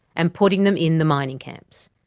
and putting them in the mining camps.